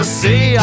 see